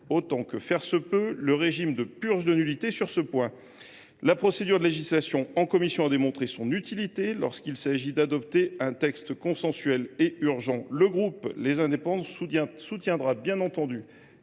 autant que faire se peut, le régime de purge des nullités sur ce point. La procédure de législation en commission a démontré son utilité lorsqu’il s’agit d’adopter un texte consensuel et urgent. Le groupe Les Indépendants – République et